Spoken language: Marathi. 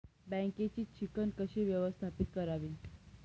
बँकेची चिकण कशी व्यवस्थापित करावी?